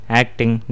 acting